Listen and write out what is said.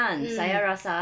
mm